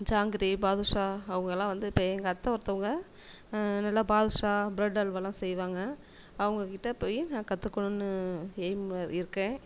ஜாங்கிரி பாதுஷா அவங்கள்லாம் வந்து இப்போ எங்கள் அத்தை ஒருத்தவங்க நல்லா பாதுஷா பிரட் அல்வாலாம் செய்வாங்க அவங்ககிட்ட போய் நான் கற்றுக்கணுன்னு எய்ம்மில் இருக்கேன்